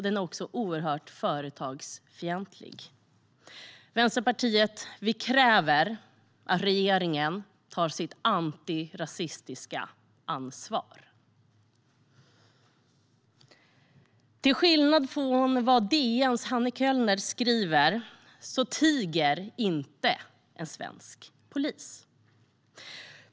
Den är också oerhört företagsfientlig. Vänsterpartiet kräver att regeringen tar sitt antirasistiska ansvar. Till skillnad från vad DN:s Hanne Kjöller skriver tiger inte en svensk polis.